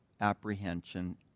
apprehension